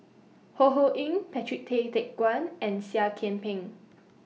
Ho Ho Ying Patrick Tay Teck Guan and Seah Kian Peng